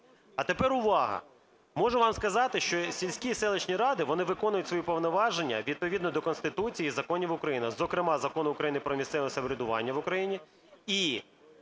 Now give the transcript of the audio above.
А тепер увагу, можу вам сказати, що сільські і селищні ради, вони виконують свої повноваження відповідно до Конституції і законів України, зокрема Закону України "Про місцеве самоврядування в Україні".